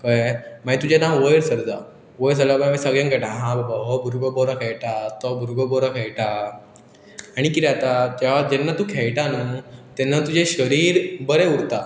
कळ्ळें मागीर तुजे नांव वयर सरता वयर सरल्यार मागी सगळ्यांक खळटा हा बाबा हो भुरगो बरो खेळटा तो भुरगो बरो खेळटा आनी कितें जता ते जेन्ना तूं खेळटा न्हू तेन्ना तुजे शरीर बरें उरता